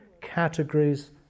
categories